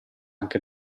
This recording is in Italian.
anche